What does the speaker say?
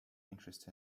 interest